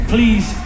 Please